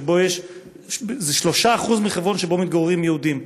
שזה 3% מחברון ששם מתגוררים יהודים,